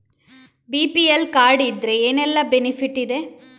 BPL card ಇದ್ರೆ ಏನೆಲ್ಲ benefit ಇದೆ?